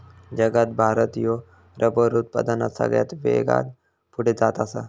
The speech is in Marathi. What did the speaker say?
जगात भारत ह्यो रबर उत्पादनात सगळ्यात वेगान पुढे जात आसा